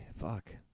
Fuck